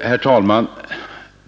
Herr talman!